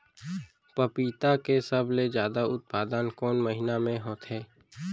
पपीता के सबले जादा उत्पादन कोन महीना में होथे?